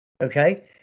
Okay